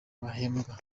bahembwa